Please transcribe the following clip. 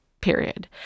period